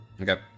Okay